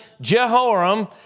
Jehoram